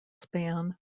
span